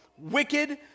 wicked